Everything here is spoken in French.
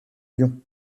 lion